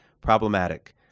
problematic